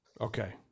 Okay